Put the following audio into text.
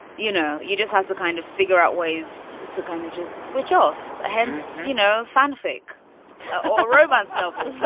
you know, you just have to kind of figure out ways to kind of just switch off, hence, you know, fanfic. or romance novels. but